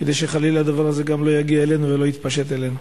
כדי שחלילה הדבר הזה לא יגיע אלינו ולא יתפשט אלינו?